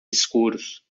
escuros